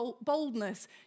boldness